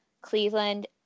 Cleveland